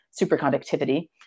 superconductivity